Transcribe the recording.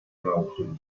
nauczyli